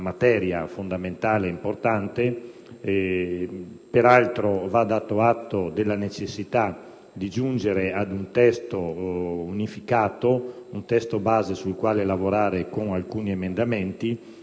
materia fondamentale e importante. Peraltro, va dato atto della necessità di giungere ad un testo unificato, un testo base sul quale lavorare con alcuni emendamenti,